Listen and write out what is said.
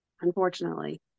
unfortunately